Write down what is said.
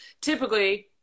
Typically